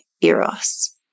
eros